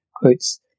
Quotes